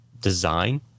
design